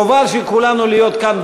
חובה של כולנו להיות כאן,